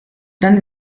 dann